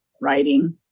writing